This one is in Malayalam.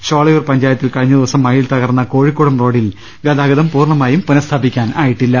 ഷോളയൂർ പഞ്ചായത്തിൽ കഴിഞ്ഞ ദിവസം മഴയിൽ തകർന്ന കോഴിക്കൂടം റോഡിൽ ഗതാഗതം പൂർണ്ണമായും പുനഃസ്ഥാപി ക്കാനായില്ല